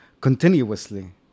continuously